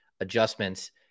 adjustments